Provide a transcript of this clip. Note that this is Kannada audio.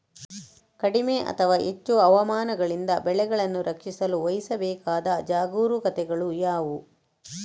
ಕಡಿಮೆ ಅಥವಾ ಹೆಚ್ಚು ಹವಾಮಾನಗಳಿಂದ ಬೆಳೆಗಳನ್ನು ರಕ್ಷಿಸಲು ವಹಿಸಬೇಕಾದ ಜಾಗರೂಕತೆಗಳು ಯಾವುವು?